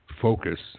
focus